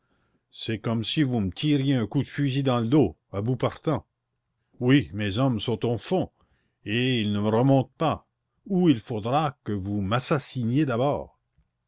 c'est comme si vous me tiriez un coup de fusil dans le dos à bout portant oui mes hommes sont au fond et ils ne remonteront pas ou il faudra que vous m'assassiniez d'abord